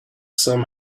some